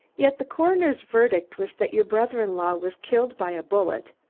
yet the coroner's verdict was that your brother-in-law was killed by a bullet,